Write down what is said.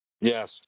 yes